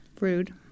Rude